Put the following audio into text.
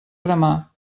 cremar